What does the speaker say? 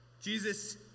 Jesus